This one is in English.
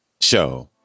Show